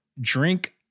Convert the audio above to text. drink